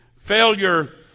Failure